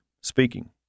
speaking